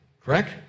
Correct